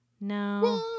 No